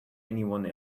anyone